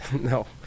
No